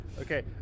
Okay